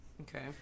Okay